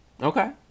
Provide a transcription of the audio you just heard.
Okay